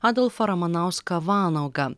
adolfą ramanauską vanagą